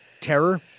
terror